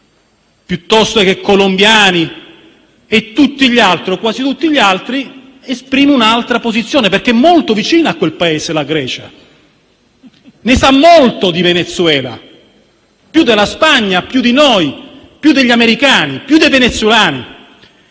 cileni, colombiani e tutti gli altri o quasi tutti gli altri), esprime un'altra posizione, perché la Grecia è molto vicina a quel Paese, ne sa molto di Venezuela, più della Spagna, più di noi, più degli americani, più dei venezuelani.